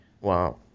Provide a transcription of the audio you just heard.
Wow